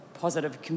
positive